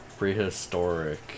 Prehistoric